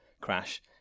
crash